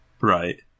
Right